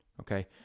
okay